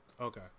Okay